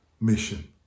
mission